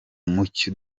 mucyo